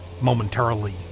momentarily